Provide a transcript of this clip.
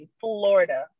Florida